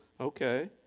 Okay